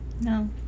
No